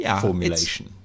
formulation